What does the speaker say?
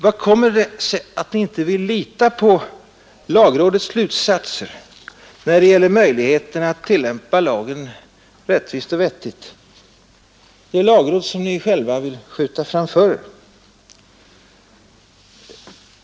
Hur kommer det sig att ni inte litar på lagrådets slutsatser när det gäller möjligheterna att tillämpa lagen rättvist och vettigt — det lagråd som ni själva vill skjuta framför er?